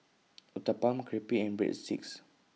Uthapam Crepe and Breadsticks